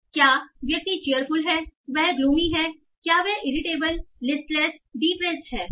तो क्या व्यक्ति चीयरफुल है वह ग्लूमी है क्या वह इरिटेबल लिस्टलेस डिप्रेस्ड है